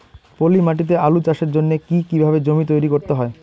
পলি মাটি তে আলু চাষের জন্যে কি কিভাবে জমি তৈরি করতে হয়?